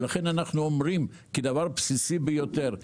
לכן אנחנו אומרים כדבר בסיסי ביותר,